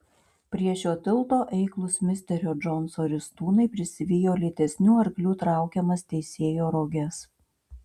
prie šio tilto eiklūs misterio džonso ristūnai prisivijo lėtesnių arklių traukiamas teisėjo roges